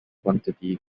quantity